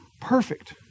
perfect